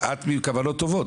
את מכוונות טובות,